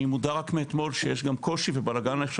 אני מודע רק מאתמול שיש גם קושי ובלגן עכשיו